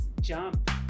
jump